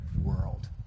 world